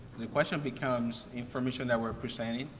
the question becomes information that we're presenting,